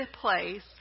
place